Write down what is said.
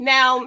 Now